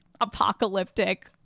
apocalyptic